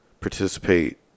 participate